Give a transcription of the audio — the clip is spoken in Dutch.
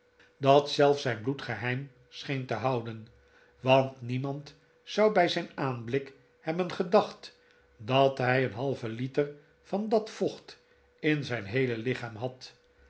dat zelfs zijn bloed geheim scheen te houden want niemand zou bij zijn aanblik hebben gedacht dat hij een halven liter van dat vocht in zijn heele lichaam had